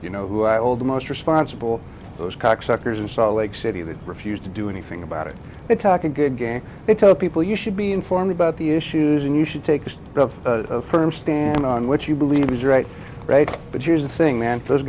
you know who i hold most responsible for those cocksuckers in salt lake city that refused to do anything about it they talk a good game they told people you should be informed about the issues and you should take a firm stand on what you believe is right right but here's the thing man those